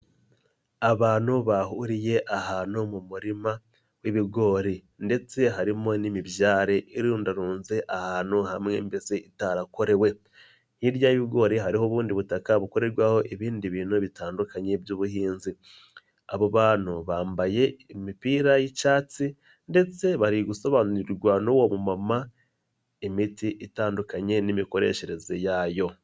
Abantu bahuriye ahantu mu murima w'ibigori ndetse harimo n'imibyare irundarunze ahantu hamwe mbese itarakorewe, hirya y'ibigori hariho ubundi butaka bukorerwaho ibindi bintu bitandukanye by'ubuhinzi, abo bantu bambaye imipira y'icyatsi ndetse bari gusobanurirwa n'uwo mu mama imiti itandukanye n'imikoreshereze yayo.